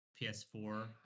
PS4